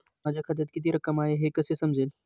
माझ्या खात्यात किती रक्कम आहे हे कसे समजेल?